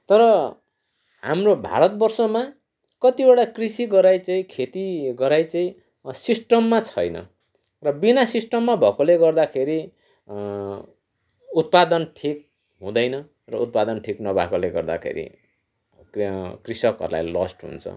तर हाम्रो भारतवर्षमा कतिवटा कृषि गराइ चाहिँ खेती गराइ चाहिँ सिस्टममा छैन र बिना सिस्टममा भएकोले गर्दाखेरि उत्पादन ठिक हुँदैन र उत्पादन ठिक नभएकोले गर्दाखेरि त्यहाँ कृषकहरूलाई लस हुन्छ